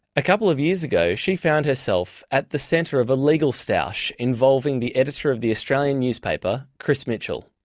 a couple of years ago she found herself at the centre of a legal stoush involving the editor of the australian newspaper, chris mitchell.